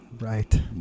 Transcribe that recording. right